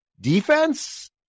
Defense